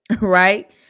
right